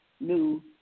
new